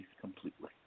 completely